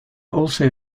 also